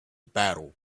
battle